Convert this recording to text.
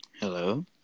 Hello